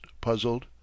puzzled